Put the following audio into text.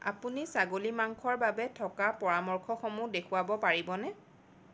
আপুনি ছাগলী মাংসৰ বাবে থকা পৰামৰ্শসমূহ দেখুৱাব পাৰিবনে